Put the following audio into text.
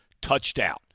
touchdown